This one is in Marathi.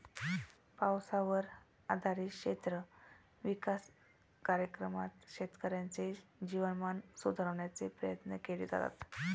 पावसावर आधारित क्षेत्र विकास कार्यक्रमात शेतकऱ्यांचे जीवनमान सुधारण्याचे प्रयत्न केले जातात